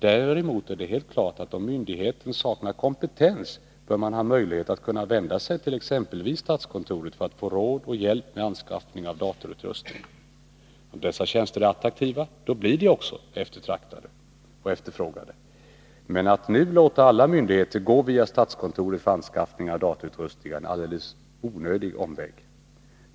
Däremot är det helt klart att om myndigheten saknar kompetens så bör man ha möjlighet att kunna vända sig till exempelvis statskontoret för att få råd och hjälp med anskaffning av datorutrustning. Om dessa tjänster är attraktiva, då blir de också eftertraktade. Men att nu låta alla myndigheter gå via statskontoret för anskaffning av datorutrustning är en alldeles onödig omväg.